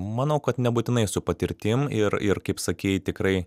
manau kad nebūtinai su patirtim ir ir kaip sakei tikrai